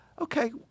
Okay